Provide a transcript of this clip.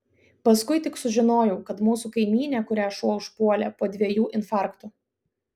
paskui tik sužinojau kad mūsų kaimynė kurią šuo užpuolė po dviejų infarktų